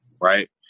right